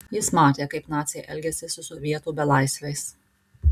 jis matė kaip naciai elgiasi su sovietų belaisviais